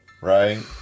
right